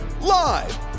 live